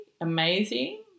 amazing